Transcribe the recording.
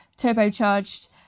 turbocharged